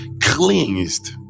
cleansed